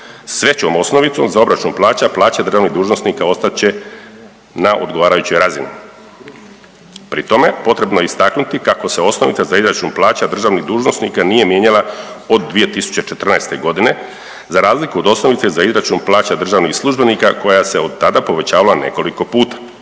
većom osnovicom za obračun plaća, plaće državnih dužnosnika ostat će na odgovarajućoj razini. Pri tome, potrebno je istaknuti kako se osnovica za izračun plaća državnih dužnosnika nije mijenjala od 2014. g., za razliku od osnovice za izračun plaća državnih službenika koja se od tada povećavala nekoliko puta.